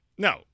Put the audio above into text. No